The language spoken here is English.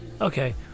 Okay